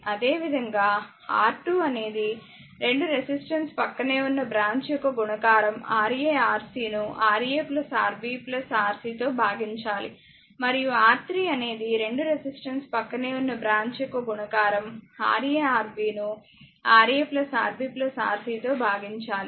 అదేవిధంగా R2 అనేది 2 resistance ప్రక్కనే ఉన్న బ్రాంచ్ యొక్క గుణకారం Ra Rc ను Ra Rb Rc తో భాగించాలి మరియు R3 అనేది 2 రెసిస్టెన్స్ ప్రక్కనే ఉన్న బ్రాంచ్ యొక్క గుణకారం Ra Rb ను Ra Rb Rc తో భాగించాలి